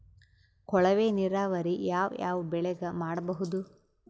ಕೊಳವೆ ನೀರಾವರಿ ಯಾವ್ ಯಾವ್ ಬೆಳಿಗ ಮಾಡಬಹುದು?